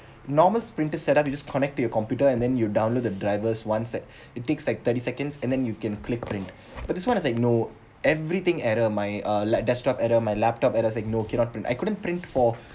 normal printer set up you just connect to your computer and then you download the drivers one set it takes like thirty seconds and then you can click print but this one is like no everything error my uh like desktop error my laptop error it’s like no cannot print I couldn't print for